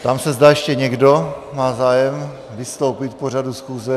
Ptám se, zda ještě někdo má zájem vystoupit k pořadu schůze.